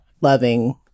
loving